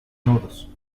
nudos